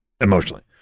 emotionally